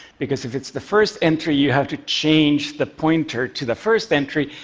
because if it's the first entry, you have to change the pointer to the first entry.